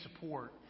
support